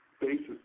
basis